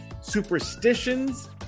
Superstitions